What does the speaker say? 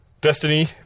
Destiny